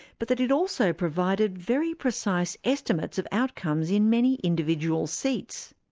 but that it also provided very precise estimates of outcomes in many individual seats.